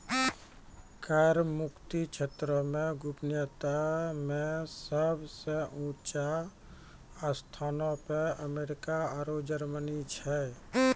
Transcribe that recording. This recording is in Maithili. कर मुक्त क्षेत्रो मे गोपनीयता मे सभ से ऊंचो स्थानो पे अमेरिका आरु जर्मनी छै